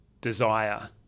desire